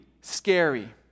scary